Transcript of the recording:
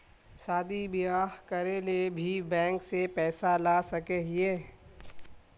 शादी बियाह करे ले भी बैंक से पैसा ला सके हिये?